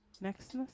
Next